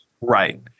Right